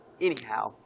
Anyhow